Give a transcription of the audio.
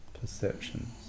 perceptions